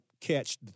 catch